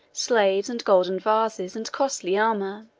slaves, and golden vases, and costly armor.